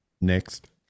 next